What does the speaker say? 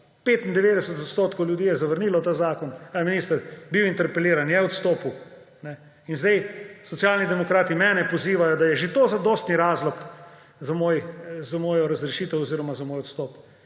95 % ljudje je zavrnilo ta zakon. Ali je minister bil interpeliran, je odstopil? Sedaj Socialni demokrati mene pozivajo, da je že to zadostni razlog za mojo razrešitev oziroma za moj odstop.